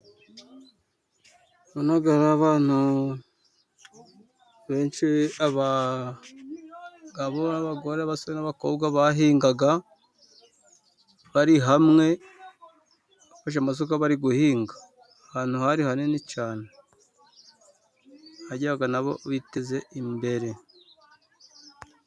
Hano hari benshi, abagabo n'abagore, abasore n'abakobwa bahingaga, bari hamwe, bafashe amasuka bari guhinga. Ahantu hari hanini cyane. Bagiraga nabo biteze imbere.